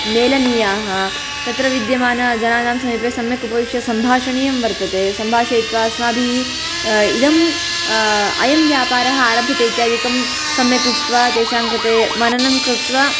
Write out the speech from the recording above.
मेलनीयाः तत्र विद्यमानजनानां समीपे सम्यक् उपविश्य सम्भाषणीयं वर्तते सम्भाषयित्वा अस्माभिः इदम् अयं व्यापारः आरभ्यते इत्यादिकं सम्यक् उक्त्वा तेषां कृते मननं कृत्वा